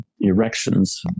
erections